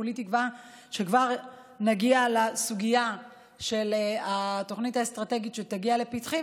כולי תקווה שכבר נגיע לסוגיה של התוכנית האסטרטגית שתגיע לפתחי,